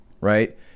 right